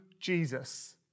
Jesus